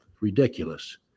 ridiculous